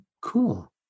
cool